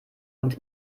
und